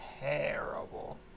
terrible